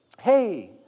Hey